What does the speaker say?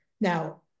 Now